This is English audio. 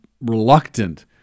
reluctant